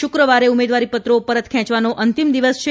શુક્રવારે ઉમેદવારીપત્રો પરત ખેંચવાનો અંતિમ દિવસ છે